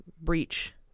breach